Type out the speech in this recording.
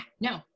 no